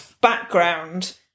background